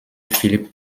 philip